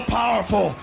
powerful